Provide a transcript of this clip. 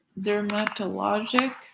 dermatologic